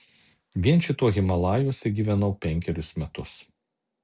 vien šituo himalajuose gyvenau penkerius metus